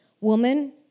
woman